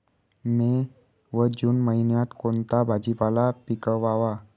मे व जून महिन्यात कोणता भाजीपाला पिकवावा?